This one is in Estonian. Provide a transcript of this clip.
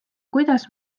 kuidas